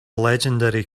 legendary